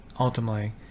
Ultimately